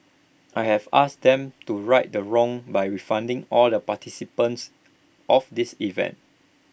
I have asked them to right the wrong by refunding all the participants of this event